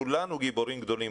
כולנו גיבורים גדולים.